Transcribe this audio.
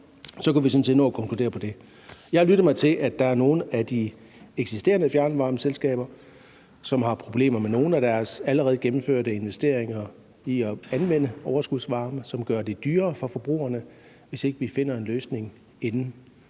så kunne vi sådan set nå at konkludere på det. Jeg lytter mig til, at der er nogle af de eksisterende fjernvarmeselskaber, som har problemer med nogle af deres allerede gennemførte investeringer i at anvende overskudsvarme, hvilket gør det dyrere for forbrugerne, hvis ikke vi finder en løsning inden